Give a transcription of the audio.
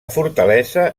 fortalesa